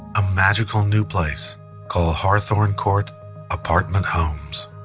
a magical new place called hawthorne court apartment homes.